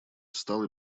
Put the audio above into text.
встал